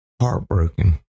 heartbroken